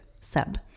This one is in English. sub